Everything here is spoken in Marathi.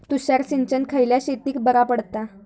तुषार सिंचन खयल्या शेतीक बरा पडता?